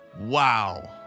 Wow